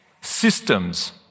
systems